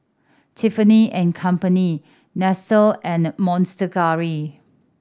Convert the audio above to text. Tiffany and Company Nestle and the Monster Curry